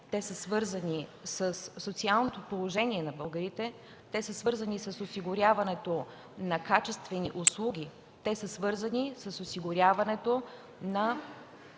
те са свързани със социалното положение на българите, те са свързани с осигуряването на качествени услуги, те са свързани с осигуряването на